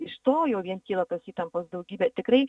iš to jau vien kyla tos įtampos daugybė tikrai